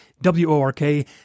W-O-R-K